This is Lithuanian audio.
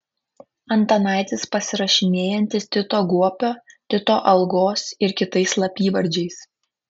antanaitis pasirašinėjantis tito guopio tito algos ir kitais slapyvardžiais